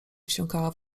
wsiąkała